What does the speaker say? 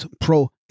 pro